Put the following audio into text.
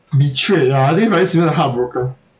betrayed ah I think very similar to heartbroken